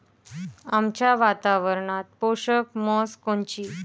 आमच्या वातावरनात पोषक म्हस कोनची?